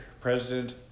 president